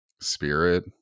spirit